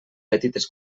petites